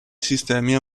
sistemi